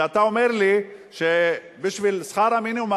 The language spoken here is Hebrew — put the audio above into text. אתה אומר לי שבשביל שכר המינימום,